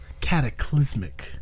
cataclysmic